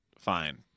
Fine